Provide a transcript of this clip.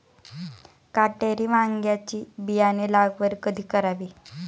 काटेरी वांग्याची बियाणे लागवड कधी करावी?